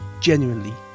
genuinely